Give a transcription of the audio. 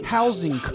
Housing